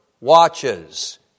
watches